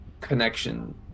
connection